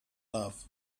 love